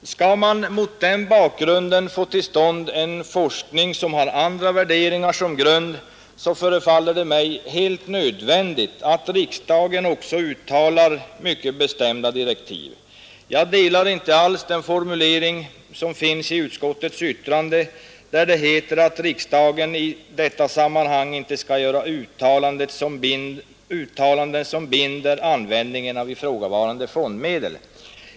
Skall man mot den bakgrunden få till stånd en forskning som har andra värderingar som grund förefaller det mig helt nödvändigt att riksdagen också uttalar mycket bestämda direktiv. Jag delar inte alls den uppfattning som ligger bakom den formulering i utskottets betänkande där det heter att riksdagen i detta sammanhang inte skall göra uttalanden som binder användningen av ifrågavarande fondmedel.